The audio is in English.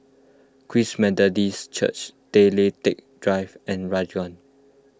Christ Methodist Church Tay Lian Teck Drive and Ranggung